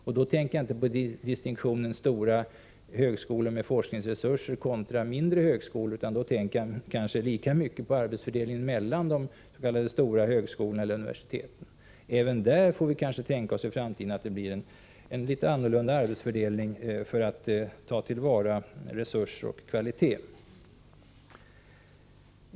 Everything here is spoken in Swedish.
Jag tänker inte därvidlag endast på distinktionen stora högskolor med forskningsresurser kontra mindre högskolor utan lika mycket på arbetsfördelningen mellan de s.k. stora högskolorna eller universiteten. Även där får vi kanske tänka oss att det i framtiden blir en litet annorlunda arbetsfördelning än nu — för att ta till vara resurser och kvalitet.